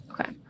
Okay